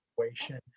situation